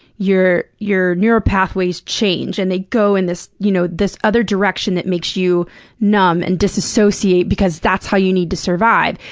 your your neural pathways change and they go in this you know this other direction that makes you numb and disassociate, because that's how you need to survive.